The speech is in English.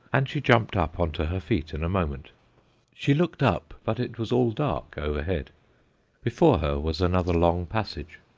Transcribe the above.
and she jumped up on to her feet in a moment she looked up, but it was all dark overhead before her was another long passage,